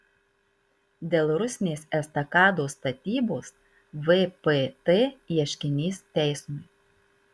dėl rusnės estakados statybos vpt ieškinys teismui